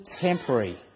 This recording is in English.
temporary